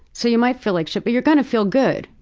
so you might feel like shit but you're going to feel good.